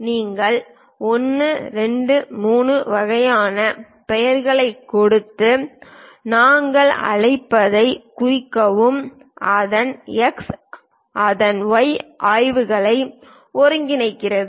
நீங்கள் 1 2 3 வகையான பெயர்களைக் கொடுத்து நாங்கள் அழைப்பதைக் குறிக்கவும் அதன் எக்ஸ் அதன் Y ஆயங்களை ஒருங்கிணைக்கிறது